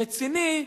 רציני,